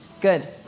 Good